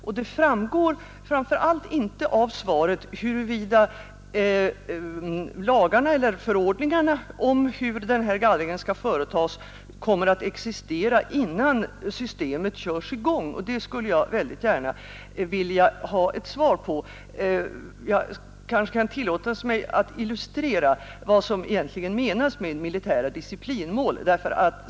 Och det framgår framför allt inte av svaret huruvida lagar eller förordningar om hur gallringen skall företas kommer att existera innan systemet körs i gång. Det skulle jag gärna vilja veta. Det kanske kan tillåtas mig att med ett exempel illustrera vad som egentligen menas med militära disiplinmål.